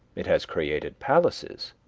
it has created palaces,